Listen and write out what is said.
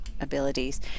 abilities